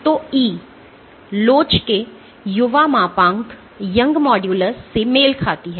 तो E लोच के युवा मापांक से मेल खाती है